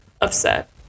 upset